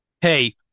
Hey